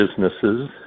businesses